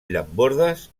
llambordes